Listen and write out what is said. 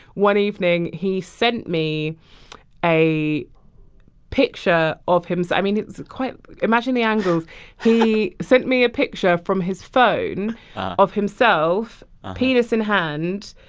one evening, he sent me a picture of him. i mean, it was quite imagine the angles he sent me a picture from his phone of himself, penis in hand,